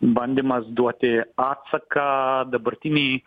bandymas duoti atsaką dabartinei